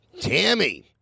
Tammy